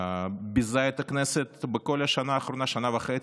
ביזה את הכנסת בכל השנה האחרונה, למעשה שנה וחצי,